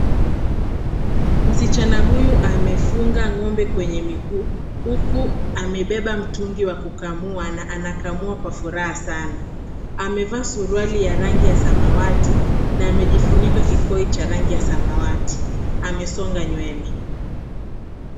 Msichana huyu amefunga ng'ombe kwenye miguu huku amebeba mtungi wa kukamua na anakamua kwa furaha sana. Amevaa suruali ya rangi ya samawati na amejifunika kikoi cha rangi ya samawati. Amesonga nywele.